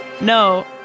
No